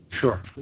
Sure